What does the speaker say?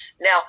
Now